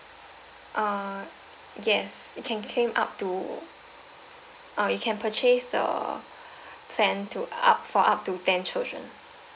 uh yes you can claim up to uh you can purchase the claim to up for up to ten children